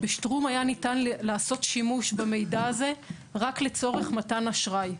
בשטרום היה ניתן לעשות שימוש במידע הזה רק לצורך מתן אשראי.